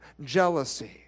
jealousy